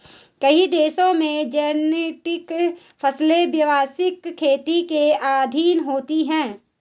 कई देशों में जेनेटिक फसलें व्यवसायिक खेती के अधीन होती हैं